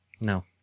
No